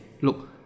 look